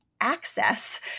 access